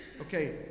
Okay